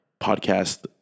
podcast